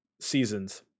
seasons